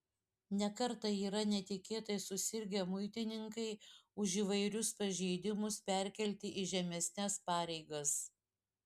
ne kartą yra netikėtai susirgę muitininkai už įvairius pažeidimus perkelti į žemesnes pareigas